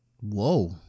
Whoa